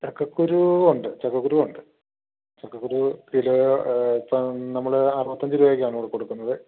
ചക്കക്കുരു ഉണ്ട് ചക്കക്കുരു ഉണ്ട് ചക്കക്കുരു കിലോ ഇപ്പം നമ്മൾ അറുപത്തിയഞ്ച് രൂപായ്ക്കാണ് ഇവിടെ കൊടുക്കുന്നത്